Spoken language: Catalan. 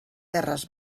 terres